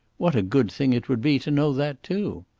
what a good thing it would be to know that too!